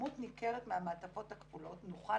שכמות ניכרת מהמעטפות הכפולות, נוכל